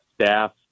staff